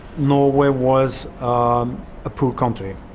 norway was a poor country.